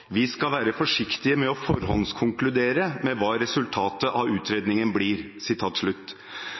«vi skal være forsiktige med å forhåndskonkludere med hva resultatet av utredningen blir».